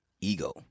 ego